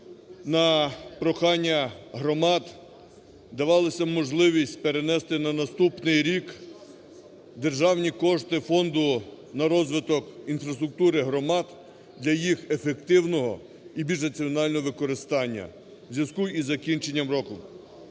на прохання громад давалася можливість перенести на наступний рік державні кошти фонду на розвиток інфраструктури громад для їх ефективного і більш раціонального використання у зв'язку із закінченням року.